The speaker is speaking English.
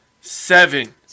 Seven